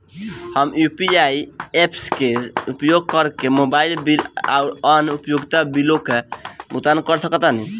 हम UPI apps के उपयोग करके मोबाइल बिल आउर अन्य उपयोगिता बिलों का भुगतान कर सकतानी